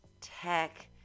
tech